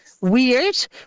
weird